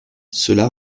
cela